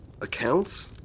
accounts